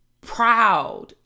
proud